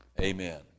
Amen